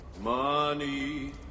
money